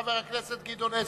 חבר הכנסת גדעון עזרא.